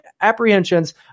apprehensions